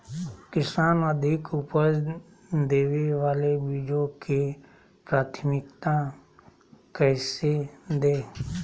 किसान अधिक उपज देवे वाले बीजों के प्राथमिकता कैसे दे?